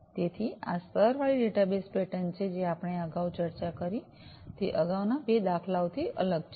તેથી આ સ્તરવાળી ડેટા બસ પેટર્ન છે જે આપણે અગાઉ ચર્ચા કરી છે તે અગાઉના બે દાખલાઓથી અલગ છે